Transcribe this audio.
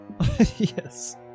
Yes